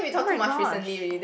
oh my gosh